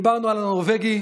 דיברנו על הנורבגי,